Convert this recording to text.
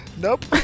Nope